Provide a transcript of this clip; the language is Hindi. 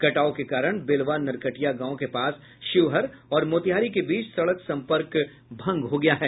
कटाव के कारण बेलवा नरकटिया गांव के पास शिवहर और मोतिहारी के बीच सड़क संपर्क भंग हो गया है